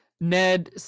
Ned